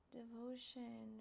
devotion